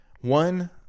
one